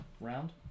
round